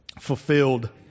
fulfilled